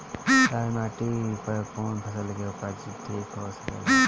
लाल माटी पर कौन फसल के उपजाव ठीक हो सकेला?